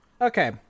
okay